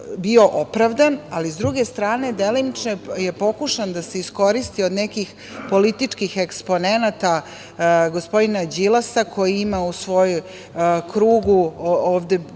bio opravdan, ali sa druge strane delimično je pokušan da se iskoristi od nekih političkih eksponenata, gospodina Đilasa koji ima u svom krugu ovde